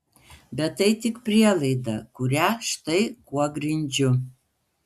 bet tai tik prielaida kurią štai kuo grindžiu